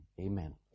Amen